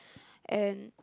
and